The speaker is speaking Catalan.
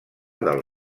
del